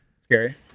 Scary